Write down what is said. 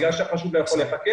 בגלל שהחשוד לא יכול להיחקר